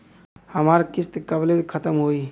हमार किस्त कब ले खतम होई?